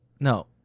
No